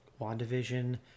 WandaVision